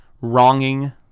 wronging